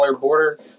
border